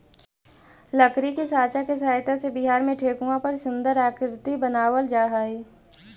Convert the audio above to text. लकड़ी के साँचा के सहायता से बिहार में ठेकुआ पर सुन्दर आकृति बनावल जा हइ